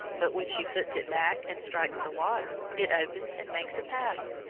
but when she puts it back and strikes the water, it opens and makes a paddle,